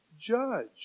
judge